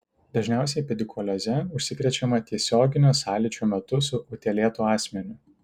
dažniausiai pedikulioze užsikrečiama tiesioginio sąlyčio metu su utėlėtu asmeniu